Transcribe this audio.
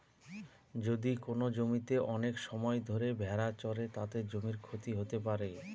যদি কোনো জমিতে অনেক সময় ধরে ভেড়া চড়ে, তাতে জমির ক্ষতি হতে পারে